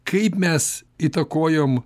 kaip mes įtakojom